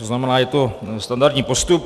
To znamená, je to standardní postup.